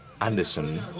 Anderson